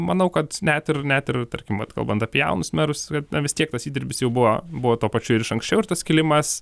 manau kad net ir net ir tarkim vat kalbant apie jaunus merus kad na vis tiek tas įdirbis jau buvo buvo tuo pačiu ir iš anksčiau ir tas skilimas